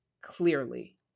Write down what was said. clearly